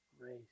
grace